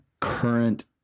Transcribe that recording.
current